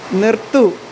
നിർത്തൂ